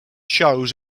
shows